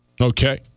Okay